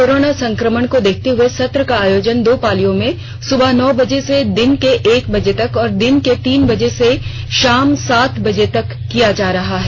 corona संक्रमण को देखते हुए सत्र का आयोजन दो पालियों में सुबह नौ बजे से दिन के एक बजे तक और दिन के तीन बजे से शाम सात बजे तक किया जा रहा है